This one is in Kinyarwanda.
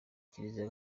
kiliziya